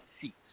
seats